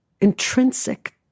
intrinsic